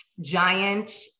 giant